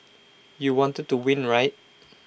you wanted to win right